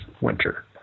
winter